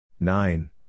Nine